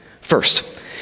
First